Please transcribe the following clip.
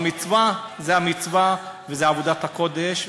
המצווה זאת המצווה, וזאת עבודת הקודש.